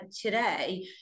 today